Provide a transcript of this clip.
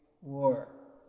war